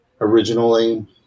originally